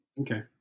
Okay